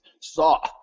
saw